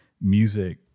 Music